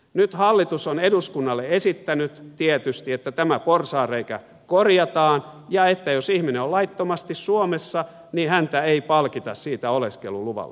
nyt hallitus on eduskunnalle esittänyt tietysti että tämä porsaanreikä korjataan ja jos ihminen on laittomasti suomessa niin häntä ei palkita siitä oleskeluluvalla